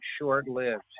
short-lived